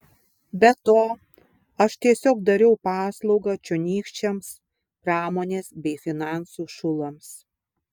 be to aš tiesiog dariau paslaugą čionykščiams pramonės bei finansų šulams